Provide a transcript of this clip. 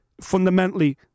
fundamentally